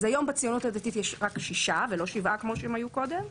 אז היום בציונות הדתית יש רק 6 ולא 7 כמו שהם היו קודם.